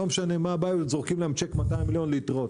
נתנו להם צ'ק של 200 מיליון להתראות.